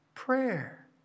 Prayer